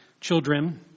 children